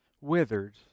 withered